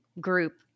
group